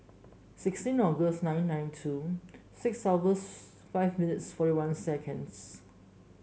sixteen August nine nine two six hours five minutes forty one seconds